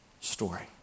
story